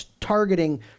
targeting